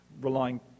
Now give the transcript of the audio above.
relying